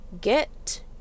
get